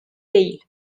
değil